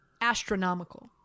astronomical